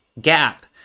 gap